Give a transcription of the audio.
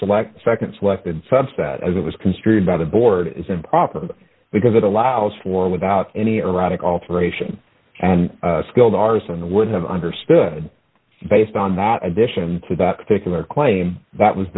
select nd selected subset as it was construed by the board is improper because it allows for without any erratic alteration and skilled arson that would have understood based on not addition to that particular claim that was